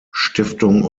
stiftung